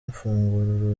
mfungura